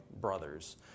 brothers